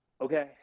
Okay